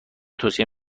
توصیه